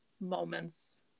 moments